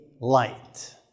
light